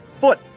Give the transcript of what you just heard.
foot